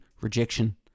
rejection